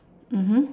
mmhmm